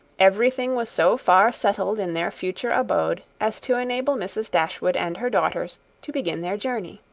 every thing was so far settled in their future abode as to enable mrs. dashwood and her daughters to begin their journey.